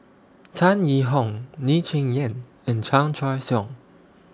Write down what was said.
Tan Yee Hong Lee Cheng Yan and Chan Choy Siong